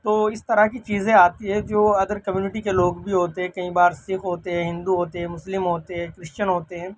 تو اس طرح کی چیزیں آتی ہیں جو ادر کمیونٹی کے لوگ بھی ہوتے ہیں کئی بار سکھ ہوتے ہیں ہندو ہوتے ہیں مسلم ہوتے ہیں کرشچن ہوتے ہیں